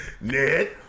Ned